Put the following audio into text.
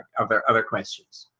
other, other questions.